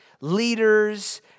leaders